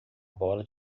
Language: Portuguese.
bola